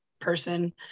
person